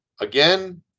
Again